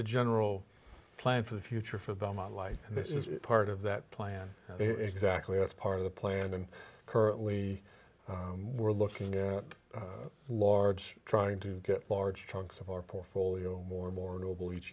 the general plan for the future for the my life and this is part of that plan exactly as part of the plan and currently we're looking at large trying to get large chunks of our portfolio more and more noble each